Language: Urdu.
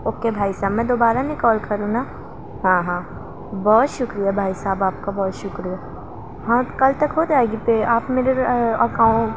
اوکے بھائی صاحب میں دوبارہ نہیں کال کروں نا ہاں ہاں بہت شکریہ بھائی صاحب آپ کا بہت شکریہ ہاں کل تک ہو جائے گی پے آپ میرے اکاؤنٹ